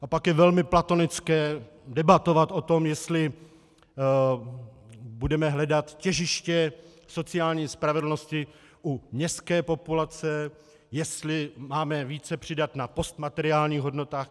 A pak je velmi platonické debatovat o tom, jestli budeme hledat těžiště sociální spravedlnosti u městské populace, jestli máme více přidat na postmateriálních hodnotách.